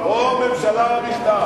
חבר הכנסת פלסנר,